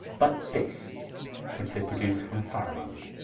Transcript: but this which they produce from pharamond,